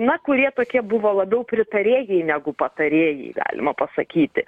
na kurie tokie buvo labiau pritarėjai negu patarėjai galima pasakyti